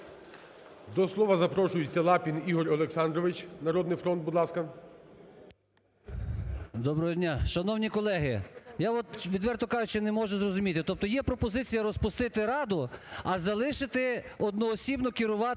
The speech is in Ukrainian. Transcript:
До слова запрошується Лапін Ігор Олександрович, "Народний фронт". Будь ласка. 16:20:32 ЛАПІН І.О. Доброго дня. Шановні колеги, я, відверто кажучи, не можу зрозуміти, тобто є пропозиція розпустити раду, а залишити одноосібно керувати